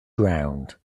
ground